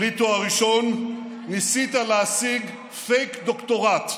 בלי תואר ראשון, ניסית להשיג פייק דוקטורט.